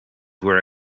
were